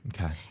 Okay